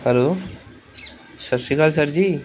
hello ਸਤਿ ਸ਼੍ਰੀ ਅਕਾਲ ਸਰ ਜੀ